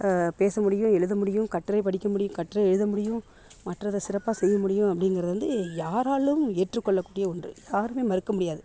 பேச முடியும் எழுத முடியும் கட்டுரை படிக்க முடியும் கட்டுரை எழுத முடியும் மற்றதை சிறப்பாக செய்ய முடியும் அப்படிங்கிறது வந்து யாராலும் ஏற்று கொள்ளக் கூடிய ஒன்று யாருமே மறுக்க முடியாது